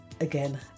again